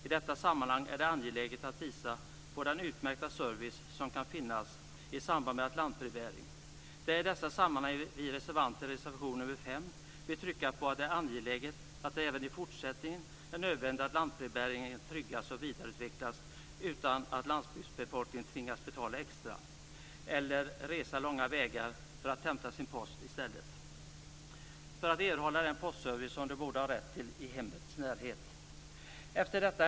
I detta sammanhang är det angeläget att visa på den utmärkta service som kan finnas i samband med lantbrevbäring. I reservation 5 anför vi att det är angeläget att lantbrevbäringen även i fortsättningen tryggas och vidareutvecklas utan att landsbygdsbefolkningen tvingas betala extra eller resa långa vägar för att hämta sin post för att erhålla den postservice som de borde ha rätt till i hemmets närhet. Herr talman!